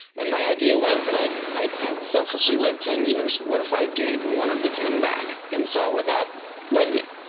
and my idea was that i'd i'd selfishly lived ten years, what if i gave one of the ten back and saw where that led me?